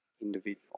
individual